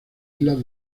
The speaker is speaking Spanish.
islas